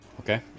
Okay